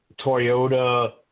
Toyota